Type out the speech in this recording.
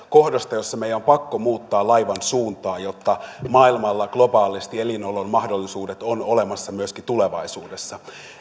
kohdasta jossa meidän on pakko muuttaa laivan suuntaa jotta maailmalla globaalisti elinolon mahdollisuudet ovat olemassa myöskin tulevaisuudessa